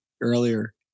earlier